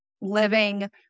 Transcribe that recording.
living